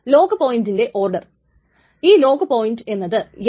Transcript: അപ്പോൾ ഇവിടെ deadlock ഉണ്ടാകുന്നില്ല